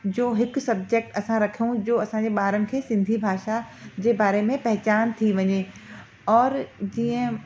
जो हिकुनि सबजेक्ट असां रखूं जो असांजे ॿारनि खे सिंधी भाषा जे बारे में पहिचान थी वञे और जीअं